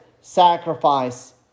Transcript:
sacrifice